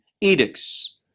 edicts